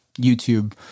YouTube